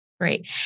Great